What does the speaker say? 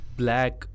black